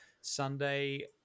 Sunday